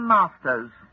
Masters